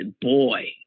boy